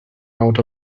out